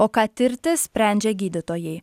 o ką tirti sprendžia gydytojai